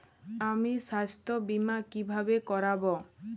আমি স্বাস্থ্য বিমা কিভাবে করাব?